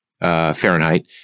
Fahrenheit